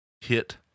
hit